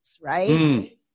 right